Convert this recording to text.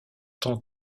tant